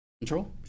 Control